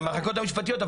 במחלקות המשפטיות,